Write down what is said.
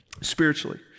spiritually